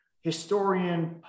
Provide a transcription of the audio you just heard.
historian